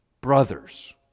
brothers